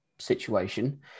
situation